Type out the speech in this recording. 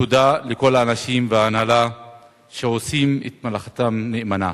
תודה לכל האנשים וההנהלה שעושים את מלאכתם נאמנה.